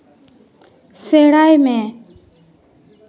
ᱥᱮᱬᱟᱭ ᱢᱮ